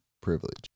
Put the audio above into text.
privilege